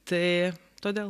tai todėl